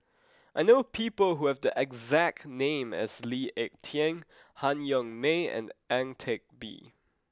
I know people who have the exact name as Lee Ek Tieng Han Yong May and Ang Teck Bee